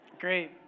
Great